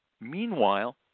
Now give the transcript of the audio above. Meanwhile